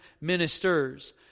ministers